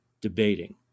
debating